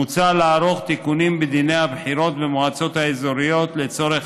מוצע לערוך תיקונים בדיני הבחירות במועצות האזוריות לצורך